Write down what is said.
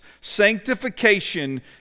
Sanctification